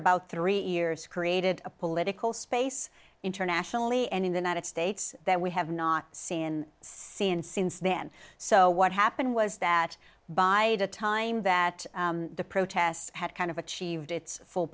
about three years created a political space internationally and in the united states that we have not seen since since then so what happened was that by the time that the protests had kind of achieved its full